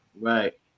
Right